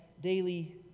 daily